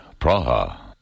Praha